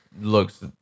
looks